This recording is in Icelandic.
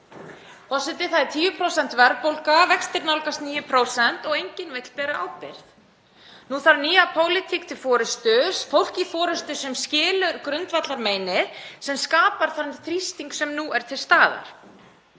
Forseti. Það er 10% verðbólga, vextir nálgast 9% og enginn vill bera ábyrgð. Nú þarf nýja pólitík til forystu, fólk í forystu sem skilur grundvallarmeinið sem skapar þann þrýsting sem nú er til staðar.